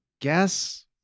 guess